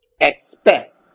expect